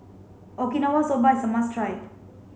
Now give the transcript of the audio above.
Okinawa soba is a must try